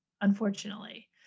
unfortunately